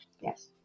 Yes